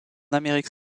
amérique